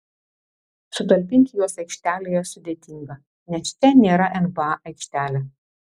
sutalpinti juos aikštelėje sudėtinga nes čia nėra nba aikštelė